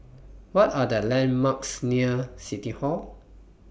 What Are The landmarks near City Hall